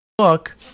Look